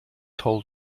told